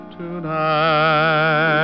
tonight